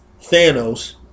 Thanos